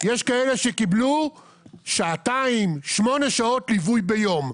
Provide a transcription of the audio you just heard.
יש כאלה שקיבלו שעתיים או שמונה שעות ליווי ביום.